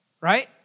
right